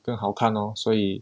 更好看 lor 所以